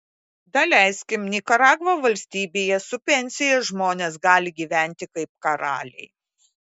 daleiskim nikaragva valstybėje su pensija žmonės gali gyventi kaip karaliai